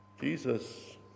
Jesus